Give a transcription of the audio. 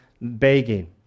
begging